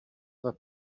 that